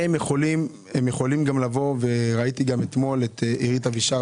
הם יכולים גם לבוא - וראיתי אתמול את הכתבה של עירית אבישר